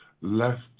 left